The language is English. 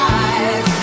eyes